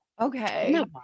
Okay